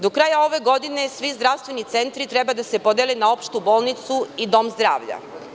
Do kraja godine svi zdravstveni centri treba da se podele na opštu bolnicu i dom zdravlja.